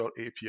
API